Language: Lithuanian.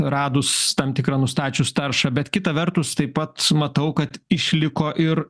radus tam tikrą nustačius taršą bet kita vertus taipat matau kad išliko ir